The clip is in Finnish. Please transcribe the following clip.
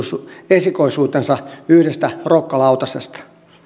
esikoisuutensa yhdestä rokkalautasesta